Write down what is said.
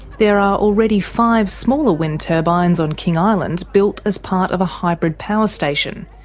there are already five smaller wind turbines on king island built as part of a hybrid power station.